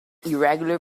irregular